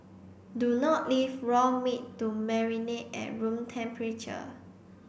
do not leave raw meat to marinate at room temperature